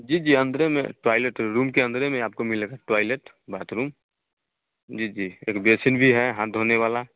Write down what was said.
जी जी अंदरे में टॉयलेट रूम के अंदरे में आपको मिलेगा टॉयलेट बाथरूम जी जी एक बेसिन भी है हाथ धोने वाला